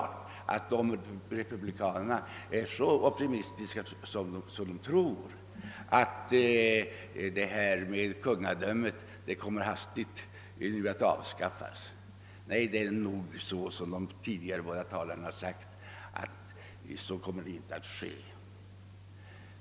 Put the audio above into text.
Republikanerna tycks vara så optimistiska att de tror att kungadömet hastigt kommer att avskaffas. Nej, så kommer med all sannolikhet inte att ske, vilket de båda föregående talarna också framhållit.